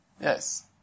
Yes